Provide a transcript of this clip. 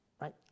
Right